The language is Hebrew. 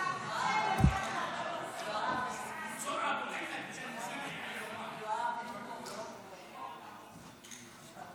הצעת סיעת חד"ש-תע"ל ורע"מ להביע אי-אמון בממשלה לא נתקבלה.